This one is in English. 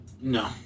no